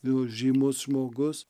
jau žymus žmogus